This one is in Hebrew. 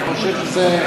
אני חושב שזה,